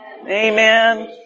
Amen